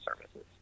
services